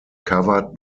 covered